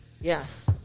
Yes